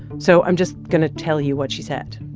so i'm just going to tell you what she said.